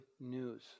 news